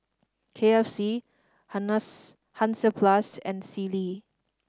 K F C Hansaplast and Sealy